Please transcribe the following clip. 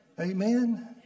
Amen